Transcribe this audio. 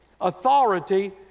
authority